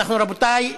רבותיי,